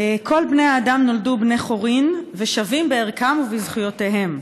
"כל בני האדם נולדו בני חורין ושווים בערכם ובזכויותיהם.